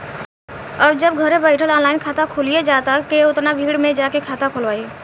अब जब घरे बइठल ऑनलाइन खाता खुलिये जाता त के ओतना भीड़ में जाके खाता खोलवाइ